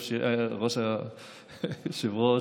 היושב-ראש,